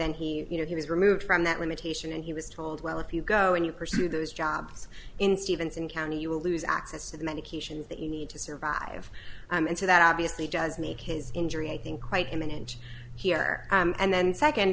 then he you know he was removed from that limitation and he was told well if you go and you pursue those jobs in stevenson county you will lose access to the medications that you need to survive and so that obviously does make his injury i think quite imminent here and then second